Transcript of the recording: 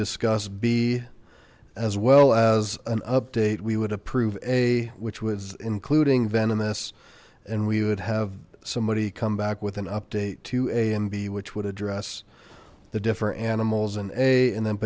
discuss b as well as an update we would approve a which was including venomous and we would have somebody come back with an update to a and b which would address the differ animals and a and then